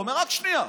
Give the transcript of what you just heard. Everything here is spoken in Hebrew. הוא אומר: רק שנייה,